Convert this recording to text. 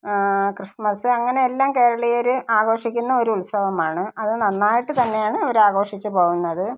Christmas അങ്ങനെയെല്ലാം കേരളീയർ ആഘോഷിക്കുന്ന ഒരു ഉത്സവമാണ് അത് നന്നായിട്ട് തന്നെയാണ് അവർ ആഘോഷിച്ച് പോകുന്നത്